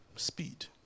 speed